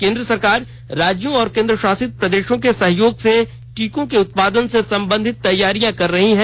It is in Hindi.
केंद्र सरकार राज्यों और केंद्रशासित प्रदेशों के सहयोग से टीकों के उत्पादन से संबंधित तैयारियां कर रही है